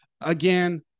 Again